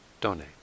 donate